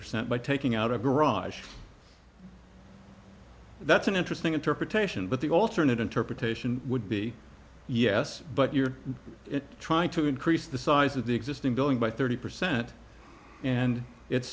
percent by taking out a garage that's an interesting interpretation but the alternate interpretation would be yes but you're trying to increase the size of the existing building by thirty percent and it's